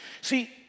See